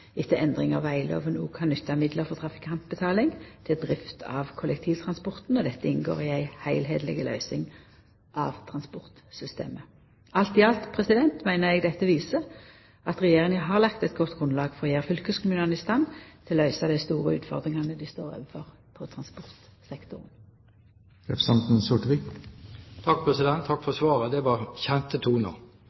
etter endring av veglova òg kan nytta midlar frå trafikantbetaling til drift av kollektivtransporten. Dette inngår i ei heilskapleg løysing av transportsystemet. Alt i alt meiner eg dette viser at Regjeringa har lagt eit godt grunnlag for å gjera fylkeskommunane i stand til å møta dei store utfordringane dei står overfor på transportsektoren. Takk for svaret, det var kjente